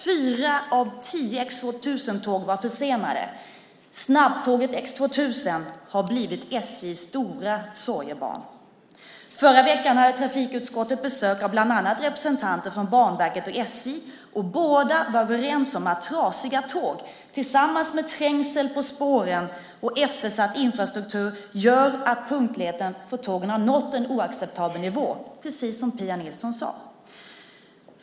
Fyra av tio X 2000-tåg var försenade. Snabbtåget X 2000 har blivit SJ:s stora sorgebarn. Förra veckan hade trafikutskottet besök av bland annat representanter från Banverket och SJ. Båda vara överens om att trasiga tåg tillsammans med trängsel på spåren och eftersatt infrastruktur gör att punktligheten för tågen har nått en oacceptabel nivå, precis som Pia Nilsson sade.